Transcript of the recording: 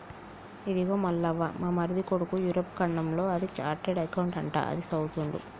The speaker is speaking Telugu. ఇదిగో మల్లవ్వ మా మరిది కొడుకు యూరప్ ఖండంలో అది చార్టెడ్ అకౌంట్ అంట అది చదువుతుండు